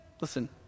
listen